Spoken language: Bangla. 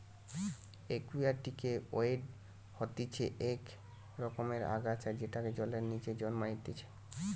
একুয়াটিকে ওয়িড হতিছে ইক রকমের আগাছা যেটা জলের নিচে জন্মাইতিছে